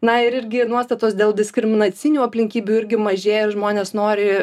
na ir irgi nuostatos dėl diskriminacinių aplinkybių irgi mažėja žmonės nori